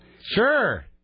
Sure